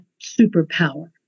superpower